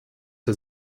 der